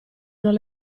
non